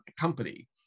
company